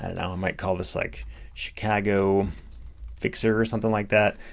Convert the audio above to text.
and i might call this like chicago fixer, or something like that,